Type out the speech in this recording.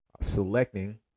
selecting